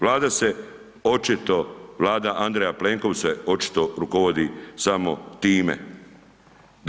Vlada se očito, Vlada Andreja Plenkovića se očito rukovodi samo time.